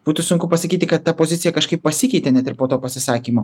būtų sunku pasakyti kad ta pozicija kažkaip pasikeitė net ir po to pasisakymo